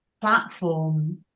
platform